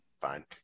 fine